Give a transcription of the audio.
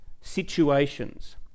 situations